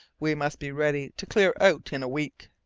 we must be ready to clear out in a week.